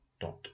dot